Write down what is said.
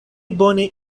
bone